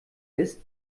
ist